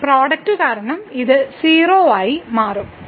ഈ പ്രോഡക്റ്റ് കാരണം ഇത് 0 ആയി മാറും